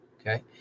okay